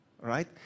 right